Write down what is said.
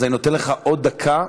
אז אני נותן לך עוד דקה,